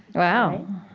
wow